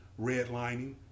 redlining